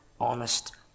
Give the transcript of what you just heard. honest